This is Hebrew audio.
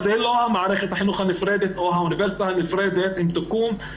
אלא מוסד אקדמי